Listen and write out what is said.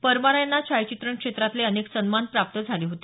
परमार यांना छायाचित्रण क्षेत्रातले अनेक सन्मान प्राप्त झाले होते